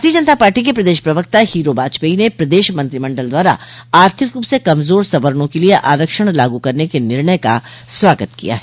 भारतीय जनता पार्टी के प्रदेश प्रवक्ता हीरो वाजपेई ने प्रदेश मंत्रिमंडल द्वारा आर्थिक रूप से कमजोर सवर्णो के लिये आरक्षण लागू करने के निर्णय का स्वागत किया है